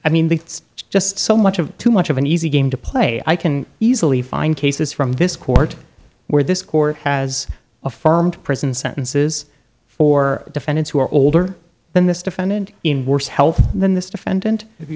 it's just so much of too much of an easy game to play i can easily find cases from this court where this court has affirmed prison sentences for defendants who are older than this defendant in worse health than this defendant if